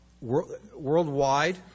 worldwide